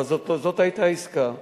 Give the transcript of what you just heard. אבל זאת היתה העסקה.